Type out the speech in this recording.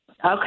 Okay